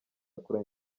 kuri